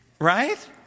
Right